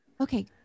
okay